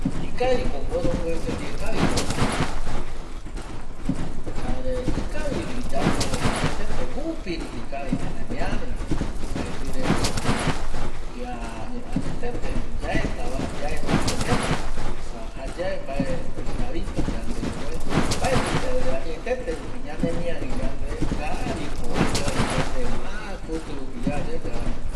Ikaviko mborombuete ndie kavi yaiko, jare ikavi vi yande añetete jupi rupi kavi ñanemiari vi, mbaeti reve mbae añetet yaeta ye añetete yae, mbaeti ye gara vi ko oë kavi yande ma tenonde mbae yandeve